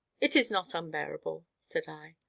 it is not unbearable! said i.